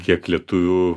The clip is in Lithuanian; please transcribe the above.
kiek lietuvių